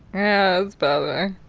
yeah it's better